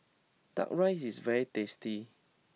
Duck Rice is very tasty